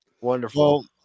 wonderful